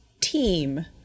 team